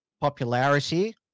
popularity